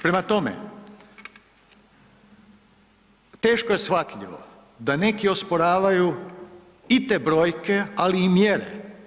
Prema tome, teško je shvatljivo da neki osporavaju i te brojke, ali i mjere.